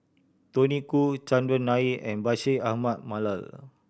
Tony Khoo Chandran Nair and Bashir Ahmad Mallal